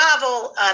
novel